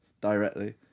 directly